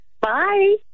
Bye